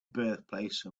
birthplace